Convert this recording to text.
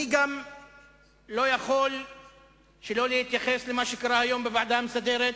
אני גם לא יכול שלא להתייחס למה שקרה היום בוועדה המסדרת